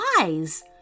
eyes